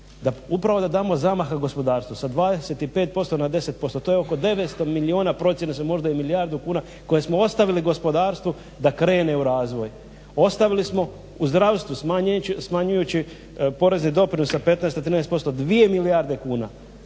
upravo da damo zamaha gospodarstvu sa 25% na 10%, to je oko 900 milijuna, procjene su možda i milijardu kuna koje smo ostavili gospodarstvu da krene u razvoj. Ostavili smo u zdravstvu smanjujući porezni doprinos sa 15 na 13% 2 milijarde kuna.